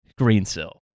Greensill